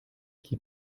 qui